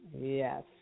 Yes